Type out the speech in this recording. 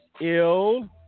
ill